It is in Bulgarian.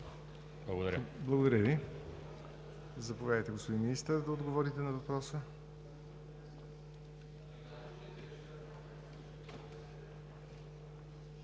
Благодаря Ви. Заповядайте, господин Министър, да отговорите на въпроса.